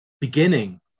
beginning